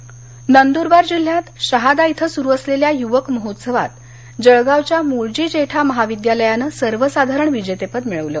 शहादा यवा महोत्सव नंदरवार नंदूरबार जिल्ह्यात शहादा इथं सुरु असलेल्या युवक महोत्सवात जळगावच्या मूळजी जेठा महाविद्यालयानं सर्वसाधारण विजेतेपद मिळवलं